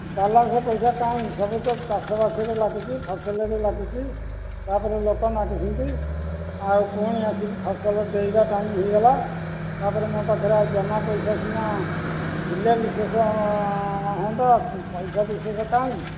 balance ପଇସା କାହିଁ ସବୁ ତ ଚାଷବାସରେ ଲାଗୁଛି ଫସଲରେ ଲାଗୁଛି ତା'ପରେ ଲୋକ ମାଗୁଛନ୍ତି ଆଉ ପୁଣି ଆସିବି ଫସଲ ବୋଇବା ଟାଇମ୍ ହୋଇଗଲା ତା'ପରେ ମୋ ପାଖରେ ଆଉ ଜମା ପଇସା ସିନା ଥିଲେ ବିଶେଷ ହୁଅନ୍ତା ପଇସା ବିଶେଷ କାହିଁ